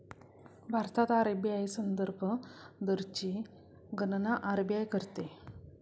भारतात आर.बी.आय संदर्भ दरची गणना आर.बी.आय करते